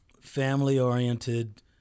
family-oriented